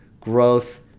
growth